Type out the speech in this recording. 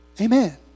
Amen